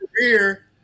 career